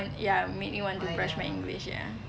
ya made me want to brush my english ya